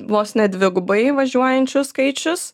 vos ne dvigubai važiuojančių skaičius